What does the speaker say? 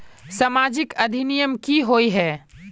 सामाजिक अधिनियम की होय है?